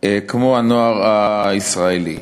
כמו הנוער הישראלי.